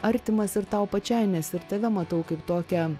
artimas ir tau pačiai nes ir tave matau kaip tokią